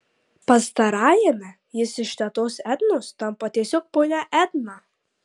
pastarajame jis iš tetos ednos tampa tiesiog ponia edna